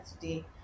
today